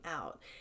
out